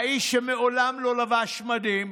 האיש שמעולם לא לבש מדים,